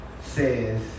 says